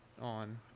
On